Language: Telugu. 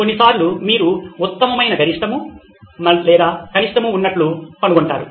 కొన్నిసార్లు మీరు ఉత్తమమైన గరిష్టము మరియు కనిష్టము ఉన్నట్లు కనుగొంటారు